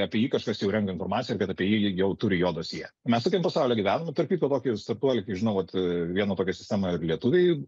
apie jį kažkas jau renka informaciją ir kad apie jį jau turi jo dosjė mes tokiam pasauly gyvenam tarp kitko tokį startuolį kiek žinau vat vieną tokią sistemą ir lietuviai